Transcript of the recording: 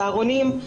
צהרונים,